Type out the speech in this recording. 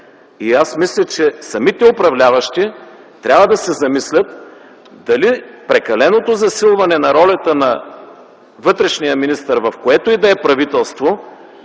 Аз мисля, че самите управляващи трябва да се замислят дали прекаленото засилване на ролята на вътрешния министър, в което и да е правителство,